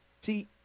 See